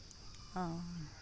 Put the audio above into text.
ᱟᱨ